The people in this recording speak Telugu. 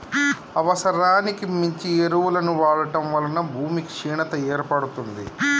అవసరానికి మించి ఎరువులను వాడటం వలన భూమి క్షీణత ఏర్పడుతుంది